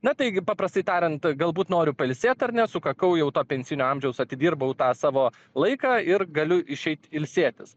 na taigi paprastai tariant galbūt noriu pailsėt ar ne sukakau jau to pensijinio amžiaus atidirbau tą savo laiką ir galiu išeit ilsėtis